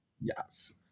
Yes